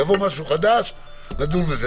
יבוא משהו חדש, נדון בזה.